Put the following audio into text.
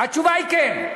התשובה היא כן.